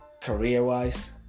career-wise